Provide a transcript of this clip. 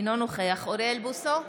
אינו נוכח אוריאל בוסו,